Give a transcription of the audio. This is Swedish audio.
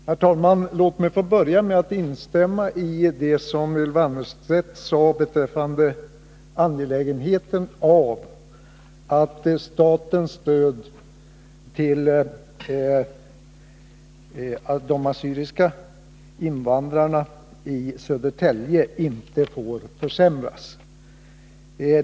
Herr talman! Låt mig få börja med att instämma i det Ylva Annerstedt sade om angelägenheten av att statens stöd till de assyriska invandrarna i Södertälje inte försämras.